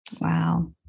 Wow